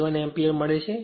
7 એમ્પીયરમળે છે